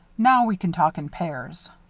now we can talk in pairs.